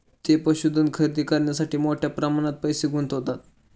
ते पशुधन खरेदी करण्यासाठी मोठ्या प्रमाणात पैसे गुंतवतात